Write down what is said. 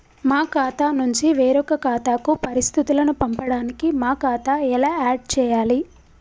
మా ఖాతా నుంచి వేరొక ఖాతాకు పరిస్థితులను పంపడానికి మా ఖాతా ఎలా ఆడ్ చేయాలి?